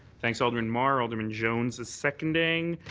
thanks, alderman mar. alderman jones is seconding.